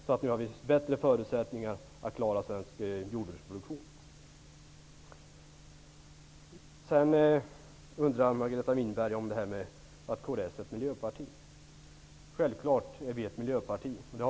Nu har vi bättre förutsättningar att klara svensk jordbruksproduktion. Sedan undrar Margareta Winberg över detta att kds är ett miljöparti. Vi är självfallet ett miljöparti.